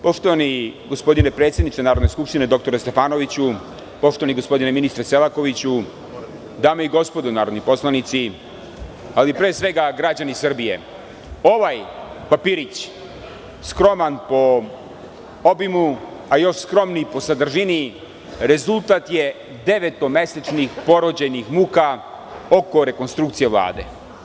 Poštovani gospodine predsedniče Narodne skupštine, doktore Stefanoviću, poštovani gospodine ministre Selakoviću, dame i gospodo narodni poslanici, ali pre svega građani Srbije, ovaj papirić skroman po obimu, a još skromnije po sadržini rezultat je devetomesečnih porođajnih muka oko rekonstrukcije Vlade.